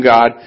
God